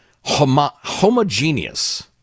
homogeneous